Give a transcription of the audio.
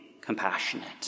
compassionate